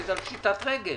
עומדת על סף פשיטת רגל